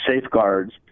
safeguards